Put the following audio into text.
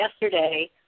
yesterday